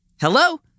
Hello